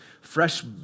fresh